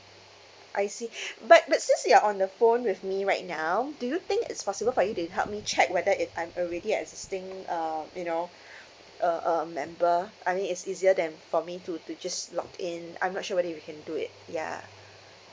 I see but but since you're on the phone with me right now do you think it's possible for you to help me check whether it I'm already existing um you know a um member I mean it's easier than for me to to just log in I'm not sure whether you can do it ya